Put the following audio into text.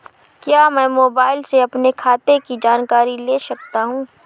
क्या मैं मोबाइल से अपने खाते की जानकारी ले सकता हूँ?